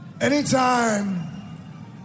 anytime